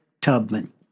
Tubman